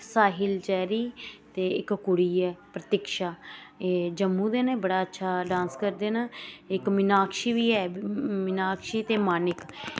Sahil Cherry ते इक कुड़ी ऐ प्रतिक्षा एह् जम्मू दे न एह् बड़ा अच्छा डांस करदे न इक मिनाक्षी बी ऐ ते मिनाक्षी ते मानिक